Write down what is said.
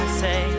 say